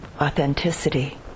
authenticity